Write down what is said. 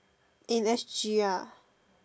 in S_G ah